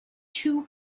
two